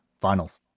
finals